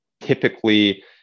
Typically